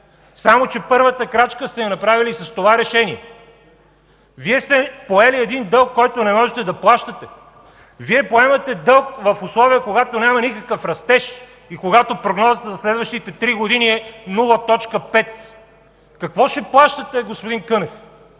само че първата крачка сте я направили с това решение. Вие сте поели един дълг, който не можете да плащате. Вие поемате дълг в условия, когато няма никакъв растеж и прогнозата за следващите три години е 0,5. Какво ще плащате, господин Кънев?